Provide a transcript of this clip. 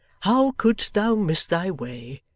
how couldst thou miss thy way?